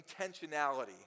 intentionality